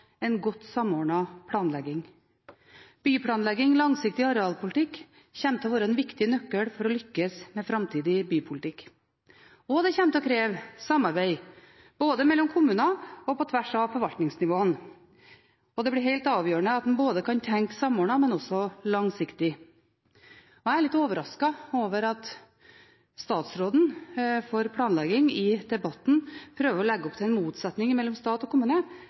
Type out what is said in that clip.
å være en viktig nøkkel for å lykkes med framtidig bypolitikk. Det kommer til å kreve samarbeid både mellom kommuner og på tvers av forvaltningsnivåene. Det blir helt avgjørende at man kan tenke samordnende og langsiktig. Jeg er litt overrasket over at statsråden for planlegging i debatten prøver å legge opp til en motsetning mellom stat og